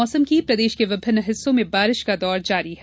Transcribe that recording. मौसम प्रदेश के विभिन्न हिस्सों में बारिश का दौर जारी है